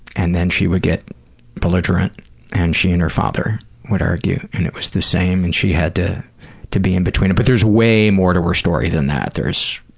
and then she would get belligerent and she and her father would argue, and it was the same, and she had to to be in between it. but there's way more to her story than that. there's.